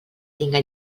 tinga